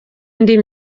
indi